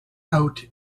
out